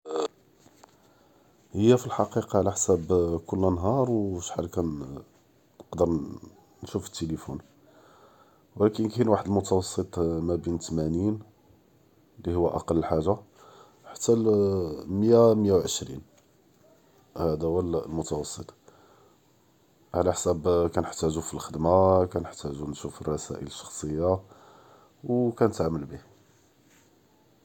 אה, היא פאלחקיקה עלא חסאב קול אלנהאר ו שחל כנעןקדר נושוף פ אלתלפון, ו לאכן כאין וחד אלמתווסאט מא בין ת’מאנין להו אכל אלחאגה ח’תא אלמיה מיה ועשרין, האדא הוא אלמתווסאט עלא חסאב כנתח’תו פ אלח’דמה, כנתח’תו נושוף אלרסאאיל אלשחסיה ו כנת’אמל ביה.